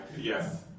yes